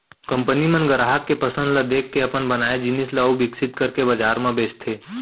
company मन गराहक के पसंद ल देखके अपन बनाए जिनिस ल अउ बिकसित करके बजार म बेचथे